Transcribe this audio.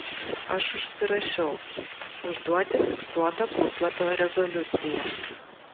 aš užsirašiau užduoti fiksuotą puslapio rezoliuciją